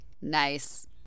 Nice